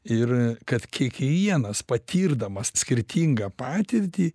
ir kad kiekvienas patirdamas skirtingą patirtį